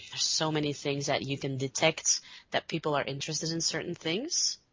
so many things that you can detect that people are interested in certain things.